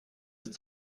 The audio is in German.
ist